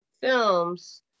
films